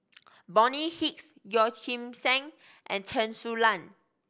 Bonny Hicks Yeoh Ghim Seng and Chen Su Lan